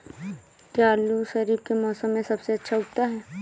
क्या आलू खरीफ के मौसम में सबसे अच्छा उगता है?